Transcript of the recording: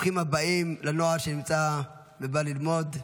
ברוכים הבאים לנוער שנמצא ובא ללמוד.